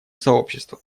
сообществом